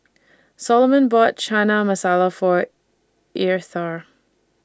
Soloman bought Chana Masala For Eartha